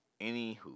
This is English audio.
Anywho